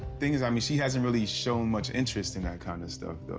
thing is, i mean, she hasn't really shown much interest in that kind of stuff, though.